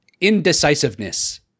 Indecisiveness